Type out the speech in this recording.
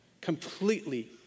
completely